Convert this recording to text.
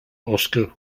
oscar